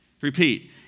repeat